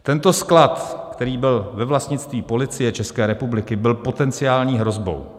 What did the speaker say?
Tento sklad, který byl ve vlastnictví Policie České republiky, byl potenciální hrozbou.